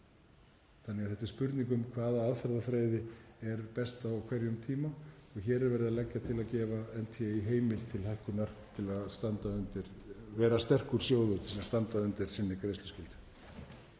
landinu. Þetta er því spurning um hvaða aðferðafræði er best á hverjum tíma og hér er verið að leggja til og gefa NTÍ heimild til hækkunar til að vera sterkur sjóður til að standa undir sinni greiðsluskyldu.